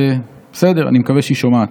אבל בסדר, אני מקווה שהיא שומעת.